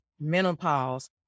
menopause